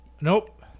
Nope